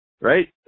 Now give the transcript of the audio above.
right